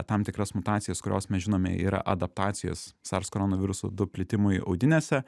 tam tikras mutacijas kurios mes žinome yra adaptacijos sars koronaviruso du plitimui audinėse